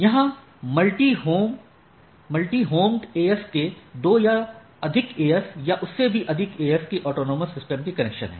यहाँ multi home AS के 2 या अधिक AS या उससे भी अधिक AS के ऑटॉनमस सिस्टम के कनेक्शन हैं